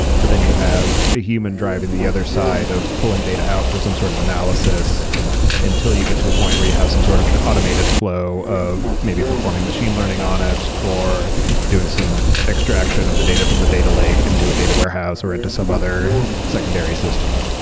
but then you have a human driving the other side of pulling data out for some sort of analysis until you get to a point where you have some sort of automated flow of maybe performing machine learning on it or doing some extraction of the data from the data lake into a data warehouse or into some other secondary system.